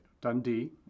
Dundee